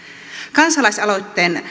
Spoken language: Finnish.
kansalaisaloitteen